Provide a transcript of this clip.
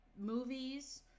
movies